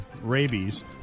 rabies